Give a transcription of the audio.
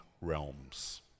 realms